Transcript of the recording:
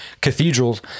cathedrals